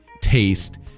taste